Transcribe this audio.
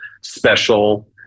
special